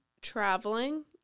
traveling